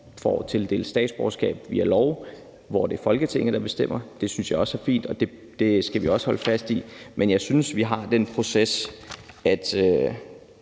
får tildelt statsborgerskab via lov, hvor det er Folketinget, der bestemmer. Det synes jeg også er fint, og det skal vi også holde fast i. Men jeg synes, at den proces og